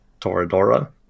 Toradora